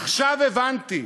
עכשיו הבנתי,